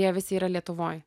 jie visi yra lietuvoj